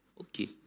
okay